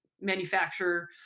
manufacture